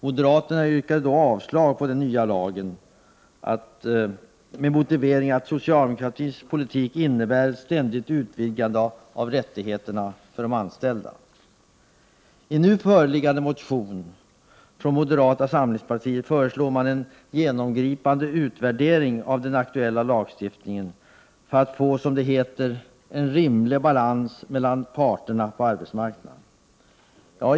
Moderaterna yrkade då avslag på den nya lagen med motiveringen, att socialdemokratisk politik innebär ständigt utvidgade rättigheter för de anställda. I nu föreliggande motion från moderata samlingspartiet föreslår man en genomgripande utvärdering av den aktuella lagstiftningen, för att få, som det heter, ”en rimlig balans mellan parterna på arbetsmarknaden”.